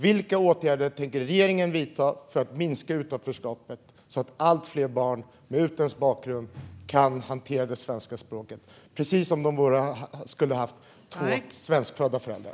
Vilka åtgärder tänker regeringen vidta för att minska utanförskapet så att fler barn med utländsk bakgrund behärskar svenska språket lika bra som om de hade haft svenskfödda föräldrar?